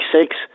six